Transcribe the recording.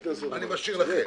אני משאיר לכם.